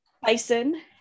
bison